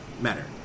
matter